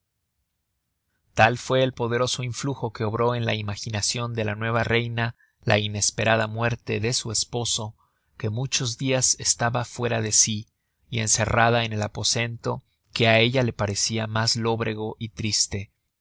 tal fue el poderoso influjo que obró en la imaginacion de la nueva reina la inesperada muerte de su esposo que muchos dias estaba fuera de sí y encerrada en el aposento que á ella le parecia mas lóbrego y triste